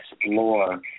explore